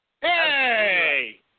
Hey